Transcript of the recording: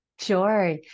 sure